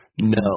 No